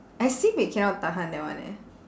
I sibei cannot tahan that one eh